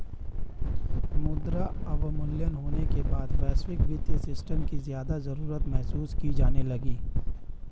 मुद्रा अवमूल्यन होने के बाद वैश्विक वित्तीय सिस्टम की ज्यादा जरूरत महसूस की जाने लगी